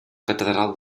catedral